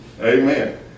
Amen